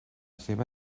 seva